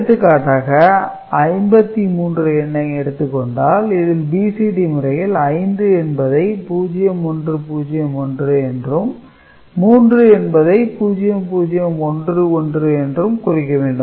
எடுத்துக்காட்டாக 53 என்ற எண்ணை எடுத்துக் கொண்டால் இதை BCD முறையில் 5 என்பதை 0101 என்றும் 3 என்பதை 0011 என்றும் குறிக்க வேண்டும்